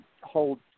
hold